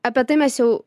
apie tai mes jau